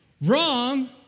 wrong